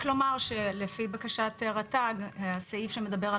רק לומר שלפי בקשת רת"ג הסעיף שמדבר על